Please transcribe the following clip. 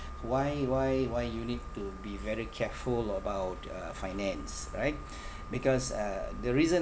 why why why you need to be very careful about uh finance right because uh the reason